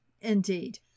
Indeed